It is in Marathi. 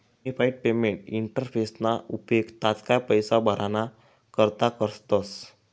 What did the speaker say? युनिफाईड पेमेंट इंटरफेसना उपेग तात्काय पैसा भराणा करता करतस